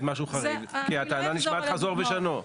משהו חריג כי הטענה נשמעת חזור ושנה.